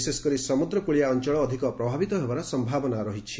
ବିଶେଷକରି ସମୁଦ୍ରକୁଳିଆ ଅଞ୍ଚଳ ଅଧିକ ପ୍ରଭାବିତ ହେବାର ସମ୍ଭାବନା ରହିଛି